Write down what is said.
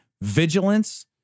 vigilance